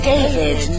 David